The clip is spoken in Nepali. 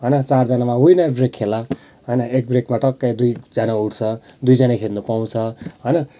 होइन चारजनामा विनर ब्रेक खेल होइन एक ब्रेकमा टक्कै दुईजना उठ्छ दुईजना खेल्नु पाउँछ होइन